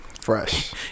fresh